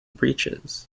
breeches